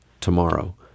tomorrow